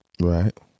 Right